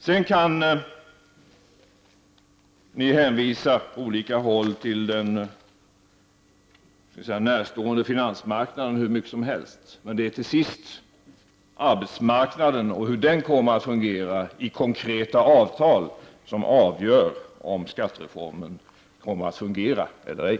Sedan kan ni hänvisa på olika håll till den närstående finansmarknaden hur mycket som helst, till sist är det arbetsmarknaden och de konkreta avtal som sluts där som avgör om skattereformen kommer att fungera eller ej.